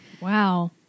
Wow